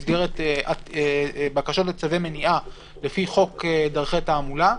במסגרת בקשות לצווי מניעה לפי חוק דרכי תעמולה,